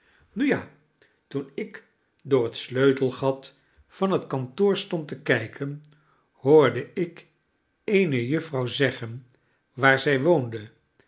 ja toen ik door het sleutelgat van het kantoor stond te kijken hoorde ik eene jufvrouw zeggen waar zij woonde